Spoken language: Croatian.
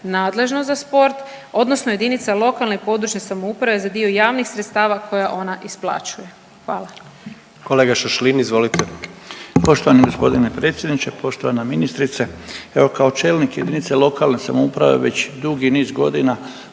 nadležno za sport odnosno jedinica lokalne i područne samouprave za dio javnih sredstava koje ona isplaćuje.